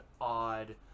odd